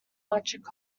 electric